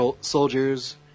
soldiers